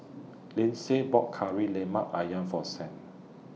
Lyndsay bought Kari Lemak Ayam For Saint